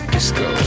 Disco